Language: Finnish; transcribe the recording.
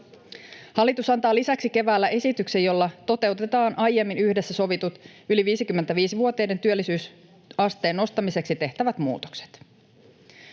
Hallitus antaa lisäksi keväällä esityksen, jolla toteutetaan aiemmin yhdessä sovitut yli 55-vuotiaiden työllisyysasteen nostamiseksi tehtävät muutokset.